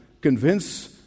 convince